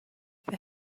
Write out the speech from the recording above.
they